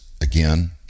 again